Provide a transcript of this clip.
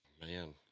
man